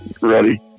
ready